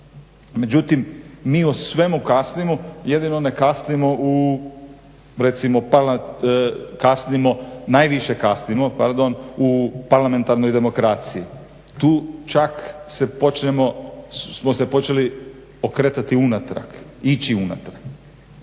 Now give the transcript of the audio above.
Međutim mi u svemu kasnimo, jedino ne kasnimo u recimo, najviše kasnimo u parlamentarnoj demokraciji. Tu čak smo se počeli okretati unatrag, ići unatrag.